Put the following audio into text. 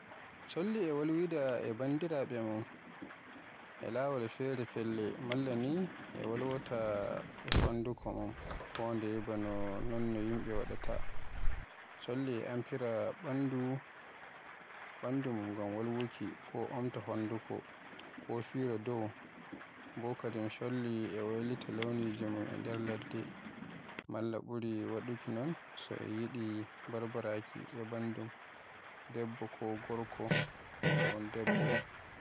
Cholli e wolwida e bandiraaɓe mun e laawol fere-fere, malla ni wolwaata e honduko mun kondeye ba nonno yimɓe waɗaata. Cholli e amfira bandu min ngam wolwuki, ko omta honduko, ko fira dow bo Kadim cholli e wayliti launiji mum e nder ladde, malla ɓuri waɗuki non so e yiɗi barbaraaki e bandum debbo ko gorko so un debbo.